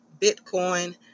Bitcoin